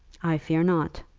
i fear not.